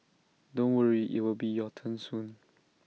don't worry IT will be your turn soon